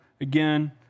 Again